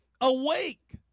Awake